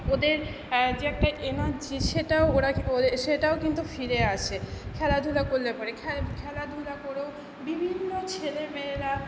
ওদের যে একটা এনার্জি সেটাও ওরা সেটাও কিন্তু ফিরে আসে খেলাধুলা করলে পরে খেলাধুলা করেও বিভিন্ন ছেলে মেয়েরা